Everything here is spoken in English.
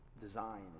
design